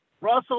Russell